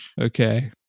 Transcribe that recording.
Okay